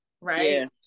right